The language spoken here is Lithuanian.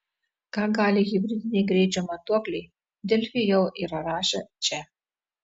ką gali hibridiniai greičio matuokliai delfi jau yra rašę čia